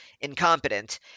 incompetent